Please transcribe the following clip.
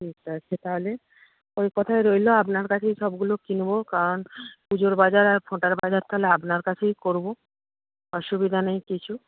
ঠিক আছে তাহলে ওই কথাই রইল আপনার কাছেই সবগুলো কিনব কারণ পুজোর বাজার আর ফোঁটার বাজার তাহলে আপনার কাছেই করব অসুবিধা নেই কিছু